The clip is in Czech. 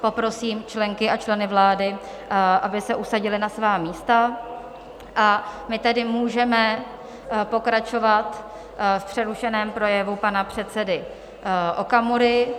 Poprosím členky a členy vlády, aby se usadili na svá místa, a my tedy můžeme pokračovat v přerušeném projevu pana předsedy Okamury.